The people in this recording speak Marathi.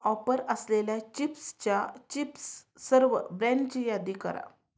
ऑपर असलेल्या चिप्सच्या चिप्स सर्व ब्रँडची यादी करा